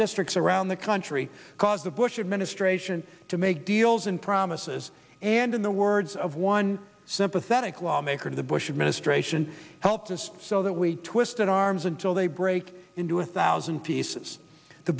districts around the country because the bush administration to make deals and promises and in the words of one sympathetic lawmaker the bush administration helped us so that we twisted arms until they break into a thousand pieces the